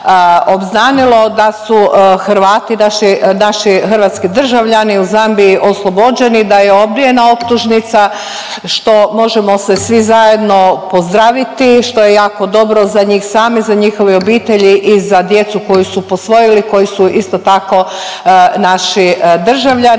da su Hrvati, naši, naši hrvatski državljani u Zambiji oslobođeni, da je odbijena optužnica, što možemo se svi zajedno pozdraviti, što je jako dobro za njih same, za njihove obitelji i za djecu koju su posvojili, koji su isto tako naši državljani